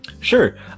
Sure